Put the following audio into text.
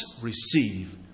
receive